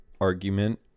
Argument